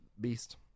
beast